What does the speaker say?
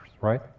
right